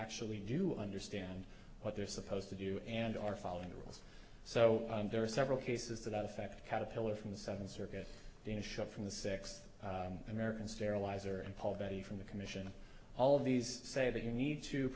actually do understand what they're supposed to do and are following the rules so there are several cases that affect caterpillar from the seven circuit dana shot from the six american sterilizer and paul barry from the commission all of these say that you need to